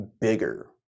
bigger